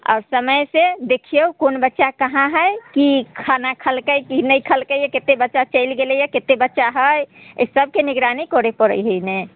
आओर समयसँ देखिऔ कोन बच्चा कहाँ हइ कि खाना खेलकै कि नहि खेलकै कतेक बच्चा चलि गेलै हँ कतेक बच्चा हइ ईसबके निगरानी करै पड़ै हइ ने